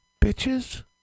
bitches